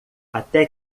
até